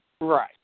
Right